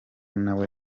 nawe